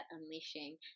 unleashing